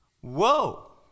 whoa